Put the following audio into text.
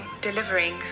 delivering